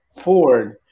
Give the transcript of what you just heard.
Ford